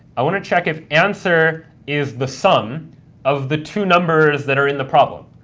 i want to check if answer is the sum of the two numbers that are in the problem.